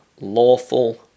lawful